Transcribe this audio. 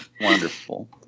wonderful